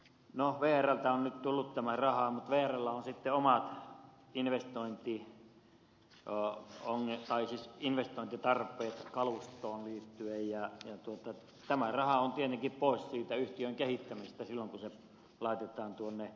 no vrltä on nyt tullut tämä raha mutta vrllä on sitten omat investointitarpeensa kalustoon liittyen ja tämä raha on tietenkin pois siitä yhtiön kehittämisestä silloin kun se laitetaan tuonne rataverkkoon